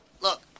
Look